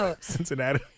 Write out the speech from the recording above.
Cincinnati